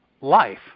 life